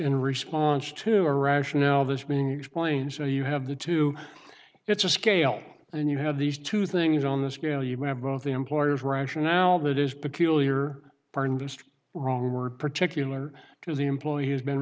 in response to a rationale this being explained so you have the two it's a scale and you have these two things on the scale you have both the employers rationale that is peculiar wrong word particular to the employee has been